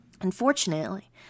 Unfortunately